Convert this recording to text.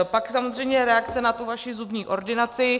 Pak samozřejmě reakce na tu vaši zubní ordinaci.